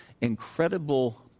incredible